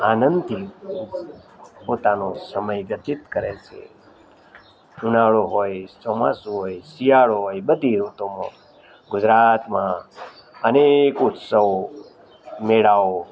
આનંદથી પોતાનો સમય વ્યતીત કરે છે ઉનાળો હોય ચોમાસું હોય શિયાળો હોય બધી ઋતુમાં ગુજરાતમાં અનેક ઉત્સવો મેળાઓ